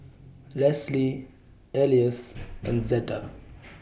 Lesly Elias and Zeta